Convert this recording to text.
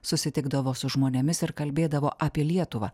susitikdavo su žmonėmis ir kalbėdavo apie lietuvą